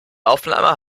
aufnahme